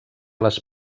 les